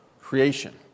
creation